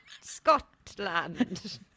Scotland